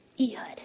ehud